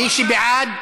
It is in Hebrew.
מי שבעד,